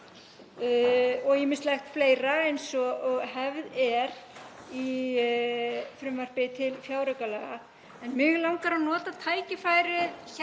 og ýmislegt fleira eins og hefð er í frumvarpi til fjáraukalaga. En mig langar að nota tækifærið